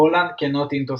"Poland cannot into space".